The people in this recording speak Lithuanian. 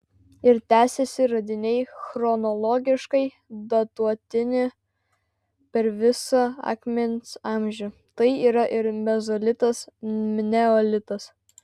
ir tęsiasi radiniai chronologiškai datuotini per visą akmens amžių tai yra ir mezolitas neolitas